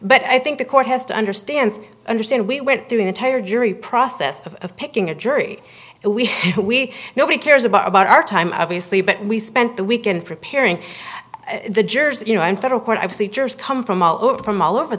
but i think the court has to understand understand we went through an entire jury process of picking a jury we we nobody cares about about our time obviously but we spent the weekend preparing the jurors you know in federal court i was the jurors come from all over from all over